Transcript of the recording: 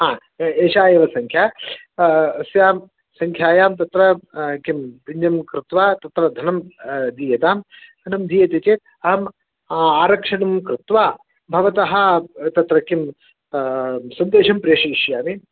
हा ए एषा एव सङ्ख्या अस्यां सङ्ख्यायां तत्र किं पिञ्जं कृत्वा तत्र धनं दीयतां धनं दीयते चेत् अहम् आरक्षणं कृत्वा भवतः तत्र किं सन्देशं प्रेषयिष्यामि